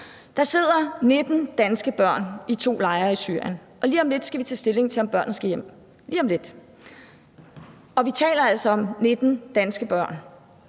Der sidder 19 danske børn i 2 lejre i Syrien, og lige om lidt skal vi tage stilling til, om børnene skal hjem. Vi taler altså om 19 danske børn.